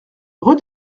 rue